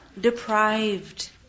deprived